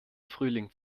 frühling